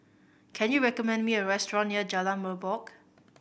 can you recommend me a restaurant near Jalan Merbok